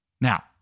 Now